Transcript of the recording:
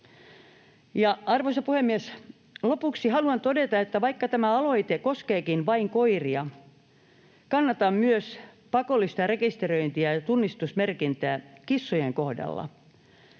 Arvoisa puhemies! Lopuksi haluan todeta, että vaikka tämä aloite koskeekin vain koiria, kannatan pakollista rekisteröintiä ja tunnistusmerkintää myös kissojen kohdalla.